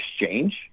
exchange